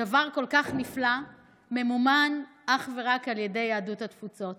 לדבר כל כך נפלא ממומן אך ורק על ידי יהדות התפוצות?